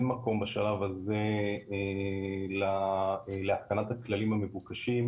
מקום בשלב הזה להתקנת הכללים המבוקשים,